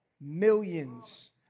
Millions